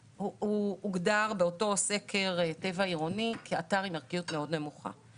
הוגדר באותו סקר טבע עירוני כאתר עם ערכיות נמוכה מאוד.